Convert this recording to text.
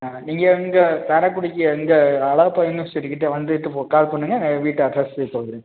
ஆ நீங்கள் இங்கே காரக்குடிக்கு இங்கே அழகப்பா யுனிவெர்சிட்டிக்கிட்ட வந்துட்டு போ கால் பண்ணுங்கள் நான் என் வீட்டு அட்ரெஸு சொல்கிறேன்